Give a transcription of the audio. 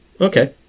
Okay